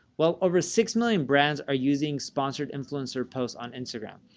well, over six million brands are using sponsored influencer posts on instagram.